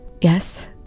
Yes